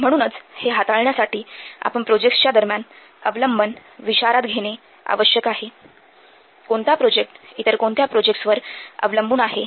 म्हणूनच हे हाताळण्यासाठी आपण प्रोजेक्टस दरम्यान अवलंबन विचारात घेणे आवश्यक आहे कोणता प्रोजेक्ट इतर कोणत्या प्रोजेक्टस वर अवलंबून आहे